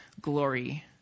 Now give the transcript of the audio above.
glory